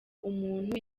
umuntu